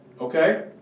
Okay